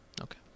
Okay